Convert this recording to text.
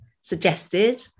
suggested